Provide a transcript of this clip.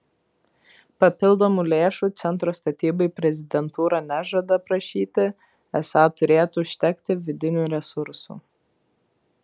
papildomų lėšų centro statybai prezidentūra nežada prašyti esą turėtų užtekti vidinių resursų